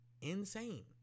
insane